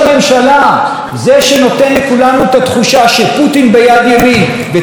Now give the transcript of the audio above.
זה שנותן לכולנו את התחושה שפוטין ביד ימין וטראמפ ביד שמאל,